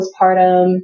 postpartum